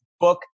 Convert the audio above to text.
book